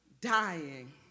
dying